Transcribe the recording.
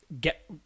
get